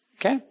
Okay